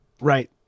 Right